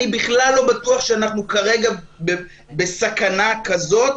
אני בכלל לא בטוח שאנחנו כרגע בסכנה כזאת,